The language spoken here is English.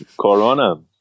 corona